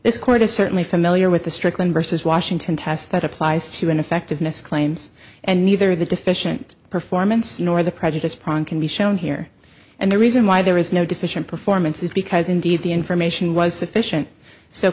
this court is certainly familiar with the strickland vs washington test that applies to ineffectiveness claims and neither the deficient performance nor the prejudice pronk can be shown here and the reason why there is no deficient performance is because indeed the information was sufficient so